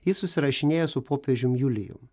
jis susirašinėja su popiežium julijum